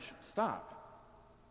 stop